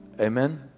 Amen